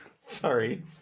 Sorry